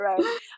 right